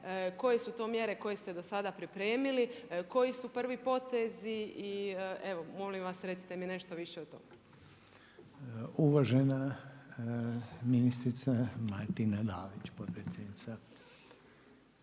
koje su to mjere koje ste dosada pripremili, koji su prvi potezi i evo molim vas recite mi nešto više o tome. **Reiner, Željko (HDZ)** Uvažena ministrica Martina Dalić, potpredsjednica.